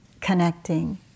connecting